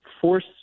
force